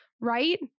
right